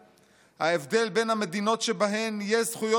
ההבדל בין המדינות שבהן יש זכויות על הנייר